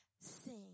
sing